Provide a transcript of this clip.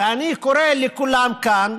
ואני קורא לכולם כאן